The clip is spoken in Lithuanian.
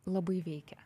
labai veikia